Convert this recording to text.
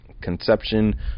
conception